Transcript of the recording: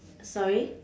sorry